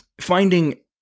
finding